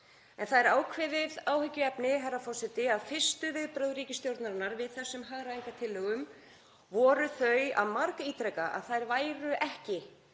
Það er ákveðið áhyggjuefni, herra forseti, að fyrstu viðbrögð ríkisstjórnarinnar við þessum hagræðingartillögum voru þau að margítreka að þær væru ekki